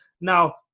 Now